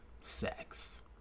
sex